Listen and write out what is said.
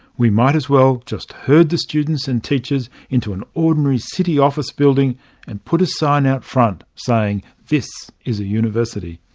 we might as well just herd the students and teachers into an ordinary city office building and put a sign out front saying this is a university.